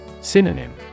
Synonym